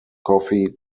coffee